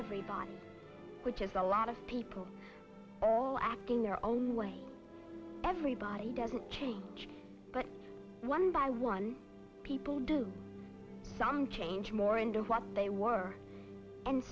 everybody which is a lot of people in their own way everybody doesn't change but one by one people do some change more into what they were and